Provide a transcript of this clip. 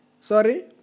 Sorry